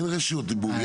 אין רשות דיבור.